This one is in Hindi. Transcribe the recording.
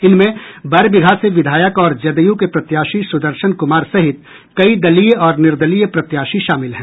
इनमें बरबीघा से विघायक और जदयू के प्रत्याशी सुदर्शन कुमार सहित कई दलीय और निर्दलीय प्रत्याशी शामिल है